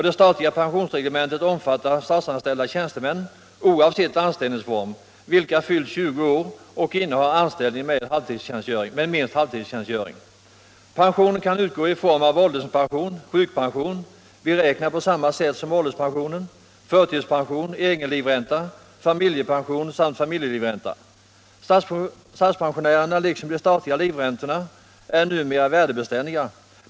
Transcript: Det statliga pensionsreglementet omfattar statsanställda tjänstemän, oavsett anställningsform, vilka fyllt 20 år och innehar anställning med minst halvtidstjänstgöring. Pension kan utgå i form av ålderspension, sjukpension — beräknad på samma sätt som ålderspensionen —, förtidspension, egenlivränta, familjepension samt familjelivränta. Statspensionerna liksom de statliga livräntorna är numera värdebeständiga.